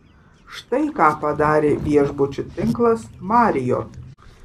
štai ką padarė viešbučių tinklas marriott